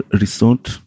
resort